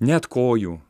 net kojų